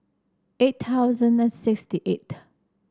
eight thousand and sixty eighth